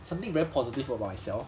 something very positive about myself